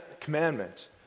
commandment